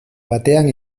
batean